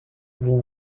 war